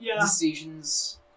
decisions